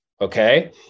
okay